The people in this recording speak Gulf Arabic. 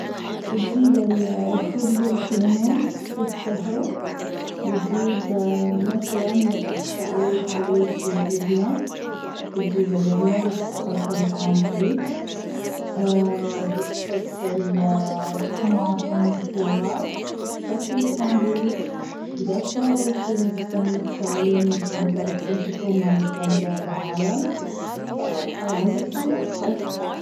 بتجيب الخبز الفينو بتفتحه بتجيب مثلا إنك راح تساوي ساندويتش لبنه بتجيب اللبنه بتحطها بالساندويتش بتحط الطماطم والخيار بتسكر الساندويتش بتقطعه شي نصين متساويين منشان تعرف تمسكه وما يتبهدل العالم وخلاص صار عندك ساندويتشا.